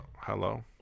hello